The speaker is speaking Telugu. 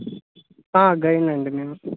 గైడ్నండి నేను